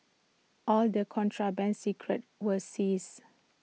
all the contraband cigarettes were seized